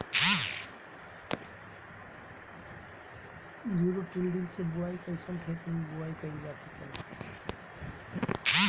Zero till से बुआई कयिसन खेते मै बुआई कयिल जाला?